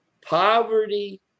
Poverty